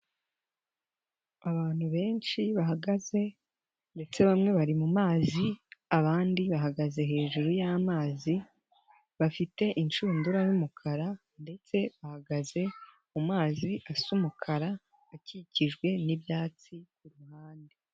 Abantu benshi bahagaze ndetse bamwe bari mu mazi, abandi bahagaze hejuru y'amazi, bafite inshundura y'umukara ndetse bahagaze mu mazi asa umukara, akikijwe n'ibyatsi ku ruhande.